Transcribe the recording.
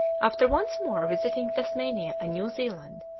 after once more visiting tasmania and new zealand,